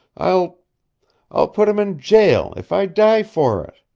i'll i'll put him in jail, if i die for it!